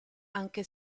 anche